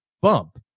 bump